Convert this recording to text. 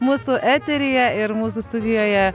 mūsų eteryje ir mūsų studijoje